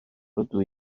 rydw